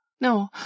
No